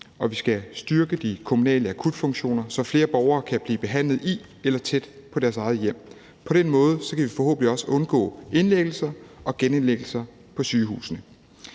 Og vi skal styrke de kommunale akutfunktioner, så flere borgere kan blive behandlet i eller tæt på deres eget hjem. På den måde kan vi forhåbentlig også undgå indlæggelser og genindlæggelser på sygehusene.